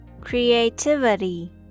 creativity